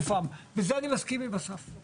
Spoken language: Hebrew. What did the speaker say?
אני מבקש רגע תשובה.